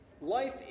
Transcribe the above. Life